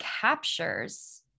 captures